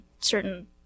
certain